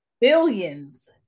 billions